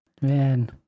Man